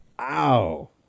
Ow